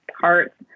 parts